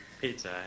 Pizza